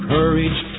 Courage